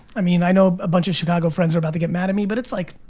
i mean i know a bunch of chicago friends are about to get mad at me, but it's like,